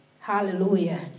Hallelujah